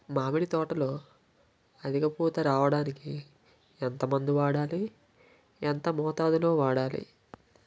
మామిడి తోటలో అధిక పూత రావడానికి ఎంత మందు వాడాలి? ఎంత మోతాదు లో వాడాలి?